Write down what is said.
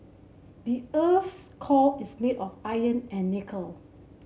the earth's core is made of iron and nickel